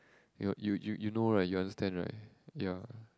your you you you know right you understand right ya